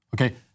Okay